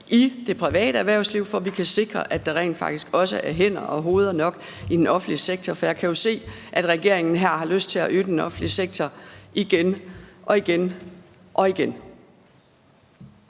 i det private erhvervsliv, for at vi kan sikre, at der er hænder og hoveder nok i den offentlige sektor? For jeg kan jo se, at regeringen her har lyst til at øge den offentlige sektor igen og igen. Kl.